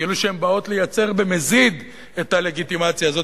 כאילו הן באות לייצר במזיד את הלגיטימציה הזאת,